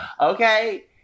Okay